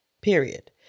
Period